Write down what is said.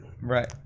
Right